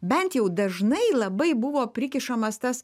bent jau dažnai labai buvo prikišamas tas